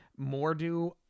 Mordu